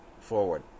forward